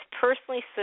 personally